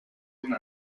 una